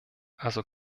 also